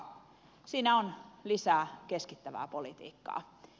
siinä on lisää keskittävää politiikkaa